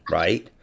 right